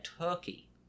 turkey